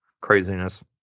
craziness